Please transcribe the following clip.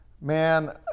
man